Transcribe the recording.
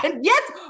Yes